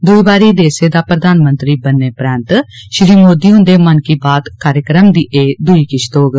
दुई बारी देसै दा प्रधानमंत्री बनने परैन्त श्री मोदी हुंदे मन की बात कार्यक्रम दी एह् दुई किश्त होग